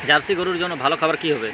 Jersey গরুর জন্য ভালো খাবার কি হবে?